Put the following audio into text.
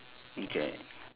okay